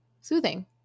soothing